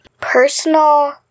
Personal